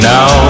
Now